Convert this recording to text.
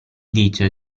dice